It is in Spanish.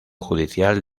judicial